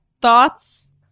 thoughts